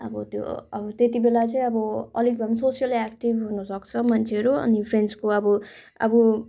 अब त्यो अब त्यतिबेला चाहिँ अब अलिक भए पनि सोसियल एक्टिभ हुनुसक्छ मान्छेहरू फ्रेन्ड्सको अब अब